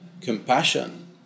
compassion